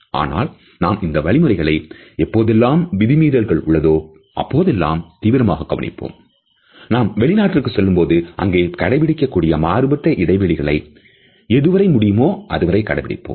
ஆனால் நாம் இந்த வழிமுறைகளை எப்போதெல்லாம் விதிமீறல்கள் உள்ளதோ அப்போதெல்லாம்தீவிரமாக கவனிப்போம் நாம் வெளிநாட்டிற்கு செல்லும்போது அங்கே கடைபிடிக்கக் கூடிய மாறுபட்ட இடைவெளிகளை எதுவரை முடியுமோ அதுவரை கடைபிடிப்போம்